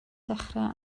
dechrau